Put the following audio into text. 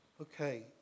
Okay